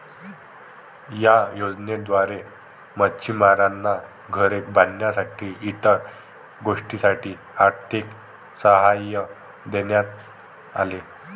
या योजनेद्वारे मच्छिमारांना घरे बांधण्यासाठी इतर गोष्टींसाठी आर्थिक सहाय्य देण्यात आले